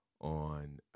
on